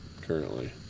currently